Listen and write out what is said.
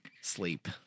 sleep